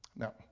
Now